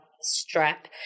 strap